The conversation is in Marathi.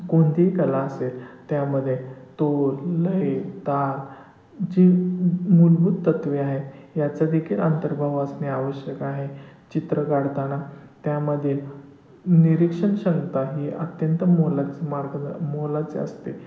कोणतीही कला असेल त्यामध्ये तोल लय ताल जी मूलभूत तत्वे आहेत याचा देखील अंतर्भाव असणे आवश्यक आहे चित्र काढताना त्यामधील निरीक्षण क्षमता ही अत्यंत मोलाचं मार्ग मोलाचे